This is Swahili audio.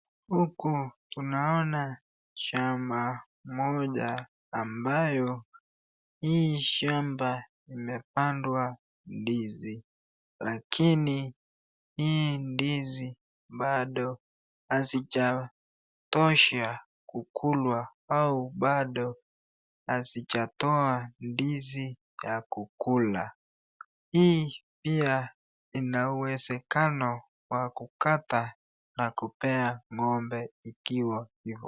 Huko tunaona shamba moja ambayo hii shamba imepandwa ndizi. Lakini hii ndizi bado hazijatosha kukulwa au bado hazijatoa ndizi ya kukula. Hii pia ina uwezekano wa kukata na kupea ng'ombe ikiwa..